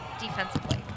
defensively